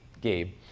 Gabe